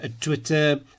Twitter